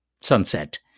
sunset